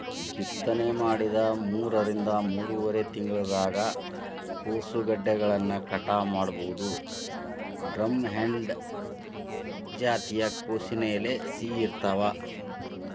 ಬಿತ್ತನೆ ಮಾಡಿದ ಮೂರರಿಂದ ಮೂರುವರರಿ ತಿಂಗಳದಾಗ ಕೋಸುಗೆಡ್ಡೆಗಳನ್ನ ಕಟಾವ ಮಾಡಬೋದು, ಡ್ರಂಹೆಡ್ ಜಾತಿಯ ಕೋಸಿನ ಎಲೆ ಸಿಹಿ ಇರ್ತಾವ